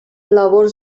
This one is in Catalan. labors